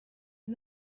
and